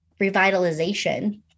revitalization